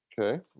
Okay